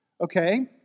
Okay